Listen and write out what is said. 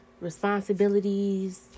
responsibilities